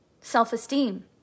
self-esteem